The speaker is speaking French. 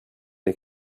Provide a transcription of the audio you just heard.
les